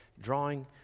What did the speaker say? drawing